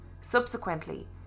Subsequently